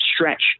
stretch